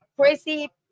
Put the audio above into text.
crazy